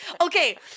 Okay